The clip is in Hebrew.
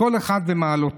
כל אחד ומעלותיו,